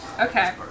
Okay